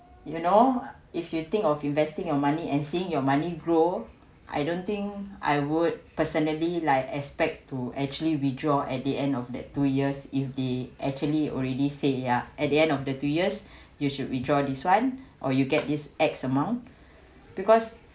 you know if you think of investing your money and seeing your money grow I don't think I would personally like aspect to actually withdraw at the end of the two years if the actually already say ya at the end of the two years you should withdraw this one or you get this X amount because